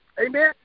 Amen